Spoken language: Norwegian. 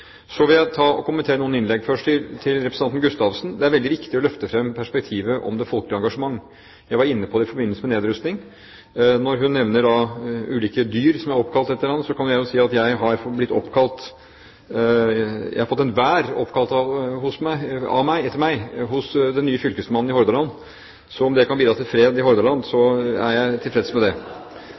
Så vil jeg kommentere noen innlegg. Først til representanten Gustavsen: Det er veldig viktig å løfte fram perspektivet om det folkelige engasjement. Jeg var inne på det i forbindelse med nedrustning. Når hun nevner ulike dyr som er oppkalt et eller annet, kan jeg jo si at jeg har fått en vær oppkalt etter meg hos den nye fylkesmannen i Hordaland. Så om det kan bidra til fred i Hordaland, er jeg tilfreds med det. Til representanten Myhre vil jeg bare si når han sa at han var glad han ikke sitter i regjeringskvartalet, at det